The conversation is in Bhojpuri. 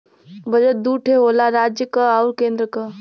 बजट दू ठे होला राज्य क आउर केन्द्र क